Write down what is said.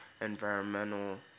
environmental